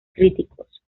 críticos